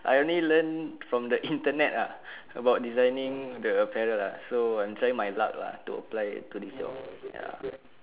I only learn from the Internet lah about designing the apparel uh so I'm trying my luck lah to apply to this job ya